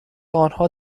آنها